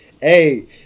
Hey